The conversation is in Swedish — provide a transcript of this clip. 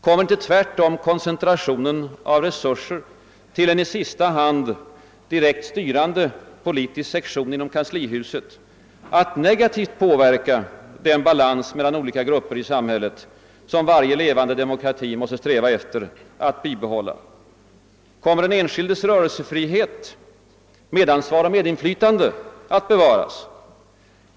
Kommer inte tvärtom koncentrationen av resurser till en i sista hand direkt styrande politisk sektion inom kanslihuset att negativt påverka den balans mellan olika grupper i samhället som varje levande demokrati måste sträva efter att bibehålla? Kommer den enskildes rörelsefrihet, medansvar och medinflytande att bevaras?